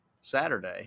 Saturday